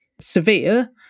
severe